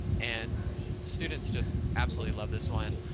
and students just absolutely love this one.